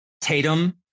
Tatum